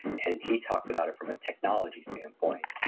and he talks about it from a technology standpoint,